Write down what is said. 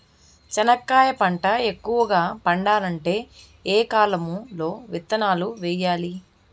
చెనక్కాయ పంట ఎక్కువగా పండాలంటే ఏ కాలము లో విత్తనాలు వేయాలి?